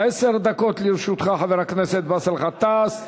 דקות לרשותך, חבר הכנסת באסל גטאס.